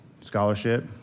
scholarship